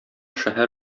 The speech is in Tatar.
шәһәр